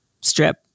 strip